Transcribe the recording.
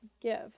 give